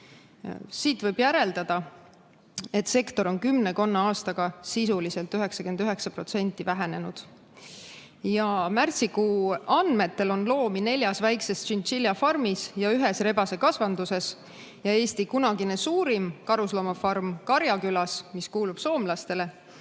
Sellest võib järeldada, et sektor on kümmekonna aastaga sisuliselt 99% kahanenud. Märtsikuu andmetel peetakse loomi neljas väikeses tšintšiljafarmis ja ühes rebasekasvanduses. Eesti kunagine suurim karusloomafarm, mis asub Karjakülas ja mis kuulub soomlastele,